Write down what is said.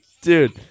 Dude